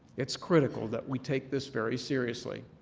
it's critical that we take this very seriously.